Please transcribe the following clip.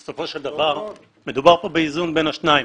בסופו של דבר מדובר כאן באיזון בין השניים,